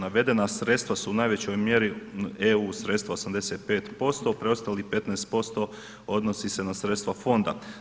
Navedena sredstva su u najvećoj mjeri EU sredstva 85%, preostalih 15% odnosi se na sredstva fonda.